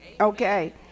Okay